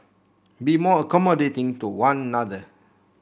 be more accommodating to one other